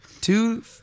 two